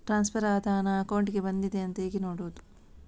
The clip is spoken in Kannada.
ಟ್ರಾನ್ಸ್ಫರ್ ಆದ ಹಣ ಅಕೌಂಟಿಗೆ ಬಂದಿದೆ ಅಂತ ಹೇಗೆ ನೋಡುವುದು?